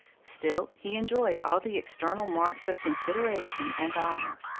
still he enjoyed all the external marks of consideration and honor.